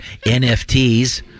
nfts